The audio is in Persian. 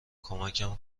کمکم